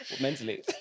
mentally